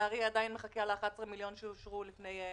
נהרייה עדיין מחכה ל-11 מיליון שקל שאושרו בפברואר.